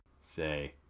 say